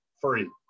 free